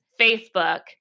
Facebook